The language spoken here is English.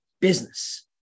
business